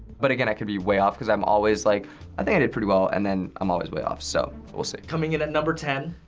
but again, i could be way off, cause i'm always like i think i did pretty well, and then i'm always way off, so we'll see. coming in at number ten,